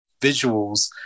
visuals